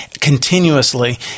continuously